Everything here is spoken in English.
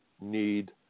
need